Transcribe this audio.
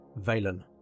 Valen